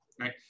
right